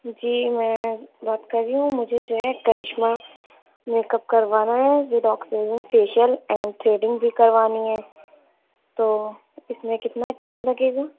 جی میں بات کر رہی ہوں مجھے جو ہے کرشمہ میک اپ کروانا ہے with oxygen facial and threading بھی كروانی ہے تو اِس میں كتنا ٹائم لگے گا